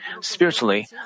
Spiritually